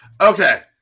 Okay